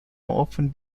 often